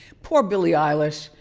poor billie eilish.